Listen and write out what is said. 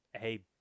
hey